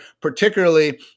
particularly